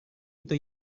itu